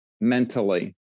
mentally